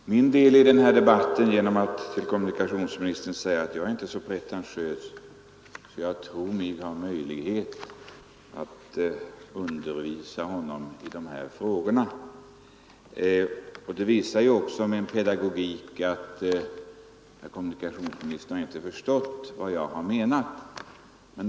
Herr talman! Jag vill avsluta min del i den här debatten genom att till kommunikationsministern säga att jag inte är så pretentiös att jag tror mig ha möjlighet att undervisa honom i de här frågorna. Min pedagogik har ju också visat att herr kommunikationsministern inte har förstått vad jag har menat.